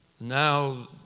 now